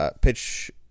pitch